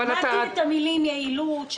שמעתי את המלים יעילות.